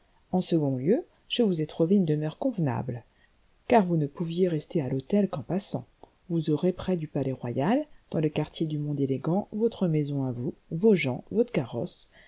en second lieu je vous ai trouvé une demeure convenable car vous ne pouviez rester à thôtel qu'en passant vous aurez près du palais-royal dans le quartier du monde élégant votre maison à vous vos gens votre carrosse